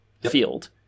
field